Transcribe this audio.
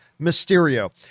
Mysterio